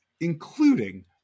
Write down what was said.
including